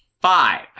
five